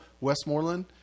Westmoreland